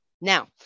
now